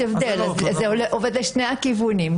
יש הבדל, וזה עובד לשני הכיוונים.